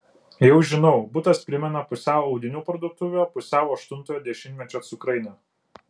jau žinau butas primena pusiau audinių parduotuvę pusiau aštuntojo dešimtmečio cukrainę